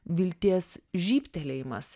vilties žybtelėjimas